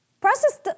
Process